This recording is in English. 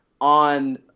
on